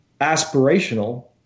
aspirational